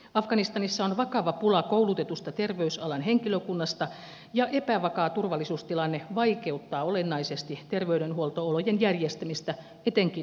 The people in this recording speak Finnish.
afganistanissa on vakava pula koulutetusta terveysalan henkilökunnasta ja epävakaa turvallisuustilanne vaikeuttaa olennaisesti terveydenhuolto olojen järjestämistä etenkin maaseudulla